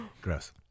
Gross